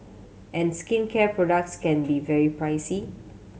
and skincare products can be very pricey